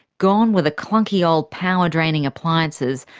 gone were the clunky old power-draining appliances,